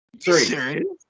Three